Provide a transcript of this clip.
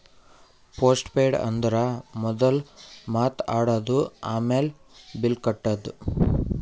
post paid ಅಂದುರ್ ಮೊದುಲ್ ಮಾತ್ ಆಡದು, ಆಮ್ಯಾಲ್ ಬಿಲ್ ಕಟ್ಟದು